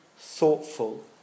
thoughtful